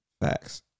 Facts